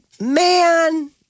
man